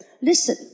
listen